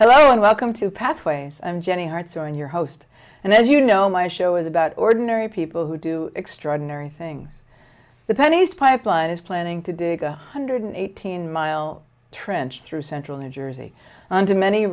hello and welcome to pathways and jenny heart join your host and as you know my show is about ordinary people who do extraordinary things the pennies pipeline is planning to dig a hundred eighteen mile trench through central new jersey on to many